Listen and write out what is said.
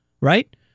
right